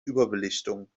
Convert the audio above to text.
überbelichtung